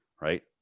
right